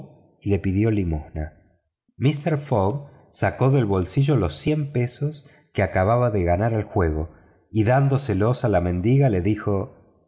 le pidió limosna míster fogg sacó del bolsillo las veinte guineas que acababa de ganar al juego y dándoselas a la mendiga le dijo